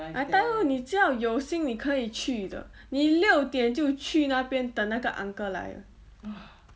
I tell you 你这么有心你可以去的你六点就去那边等那个 uncle 来